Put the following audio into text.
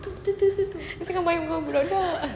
tu tu tu tu dia tengah main dengan budak-budak